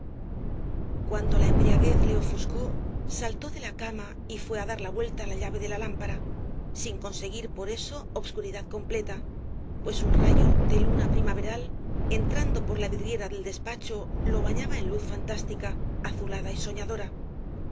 cuando la embriaguez le ofuscó saltó de la cama y fué á dar vuelta á la llave de la lámpara sin conseguir por eso obscuridad completa pues un rayo de luna primaveral entrando por la vidriera del despacho lo bañaba en luz fantástica azulada y soñadora